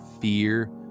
fear